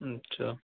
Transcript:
اچھا